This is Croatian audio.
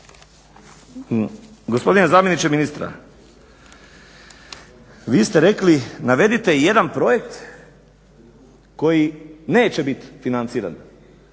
Gospodine zamjeniče ministra, vi ste rekli navedite jedan projekt koji neće biti financiran